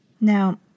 Now